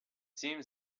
seemed